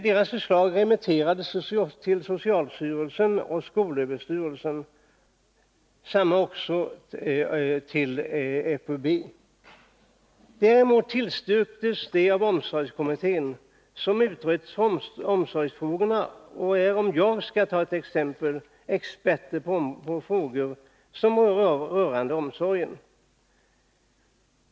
Dess förslag remitterades till socialstyrelsen och skolöverstyrelsen liksom till FUB. Omsorgskommittén — som utrett omsorgsfrågorna och är expert på frågor som rör omsorgen -— tillstyrkte förslaget.